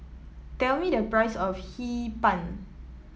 tell me the price of Hee Pan